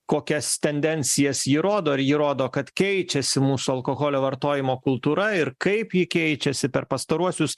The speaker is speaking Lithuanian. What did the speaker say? kokias tendencijas ji rodo ir ji rodo kad keičiasi mūsų alkoholio vartojimo kultūra ir kaip ji keičiasi per pastaruosius